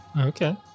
Okay